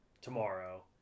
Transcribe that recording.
tomorrow